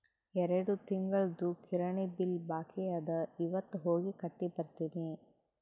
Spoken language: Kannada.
ಎರಡು ತಿಂಗುಳ್ದು ಕಿರಾಣಿ ಬಿಲ್ ಬಾಕಿ ಅದ ಇವತ್ ಹೋಗಿ ಕಟ್ಟಿ ಬರ್ತಿನಿ